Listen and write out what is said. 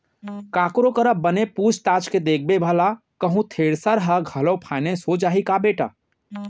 ककरो करा बने पूछ ताछ के देखबे भला कहूँ थेरेसर ह घलौ फाइनेंस हो जाही का बेटा?